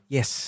Yes